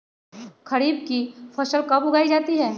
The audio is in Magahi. खरीफ की फसल कब उगाई जाती है?